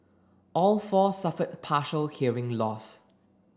all four suffered partial hearing loss